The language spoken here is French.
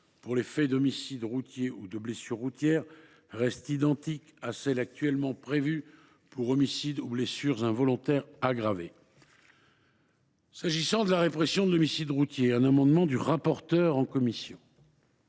pour les faits d’homicide routier ou de blessures routières restent identiques à celles qui sont actuellement prévues pour homicide ou blessures involontaires aggravés. Concernant la répression de l’homicide routier, un amendement du rapporteur en commission